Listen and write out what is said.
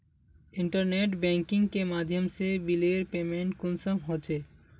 Internet banking के माध्यम से बिलेर पेमेंट कुंसम होचे?